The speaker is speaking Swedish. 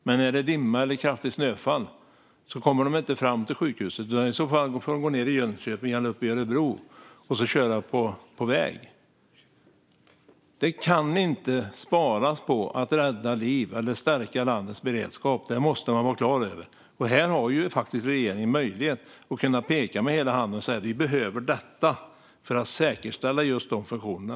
Men är det dimma eller kraftigt snöfall kommer de inte fram till sjukhuset, utan i så fall får de gå ned i Jönköping eller i Örebro och köra på väg. Det kan inte sparas på att rädda liv eller stärka landets beredskap. Det måste man vara klar över. Här har regeringen faktiskt möjlighet att peka med hela handen och säga att vi behöver detta för att säkerställa just de funktionerna.